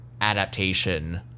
adaptation